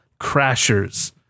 Crashers